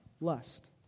lust